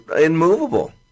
immovable